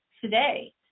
today